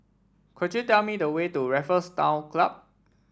could you tell me the way to Raffles Town Club